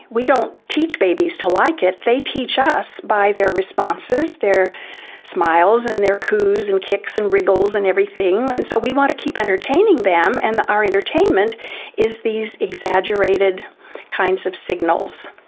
we don't teach babies to like it, they teach us by their responses, their smiles and their coos and kicks and wriggles and everything, and so we want to keep entertaining them, and our entertainment is these exaggerated kinds of signals.